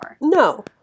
No